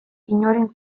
inoren